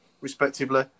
respectively